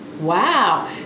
Wow